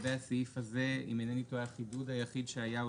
לגבי הסעיף הזה אם אינני טועה החידוד היחיד שהיה הוא